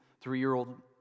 three-year-old